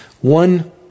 One